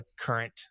current